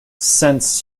sense